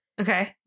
Okay